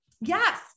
Yes